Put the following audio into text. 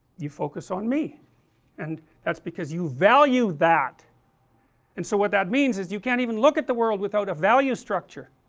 you focus on me and that's because you value that and so what that means is that you can't even look at the world without a value structure